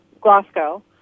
Glasgow